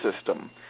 system